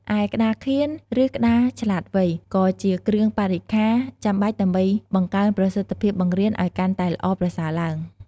ឯក្ដារខៀន ឬក្ដារឆ្លាតវៃ ក៏ជាគ្រឿងបរិក្ខារចាំបាច់ដើម្បីបង្កើនប្រសិទ្ធភាពបង្រៀនឲ្យកាន់តែល្អប្រសើរឡើង។